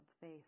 face